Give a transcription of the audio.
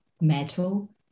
metal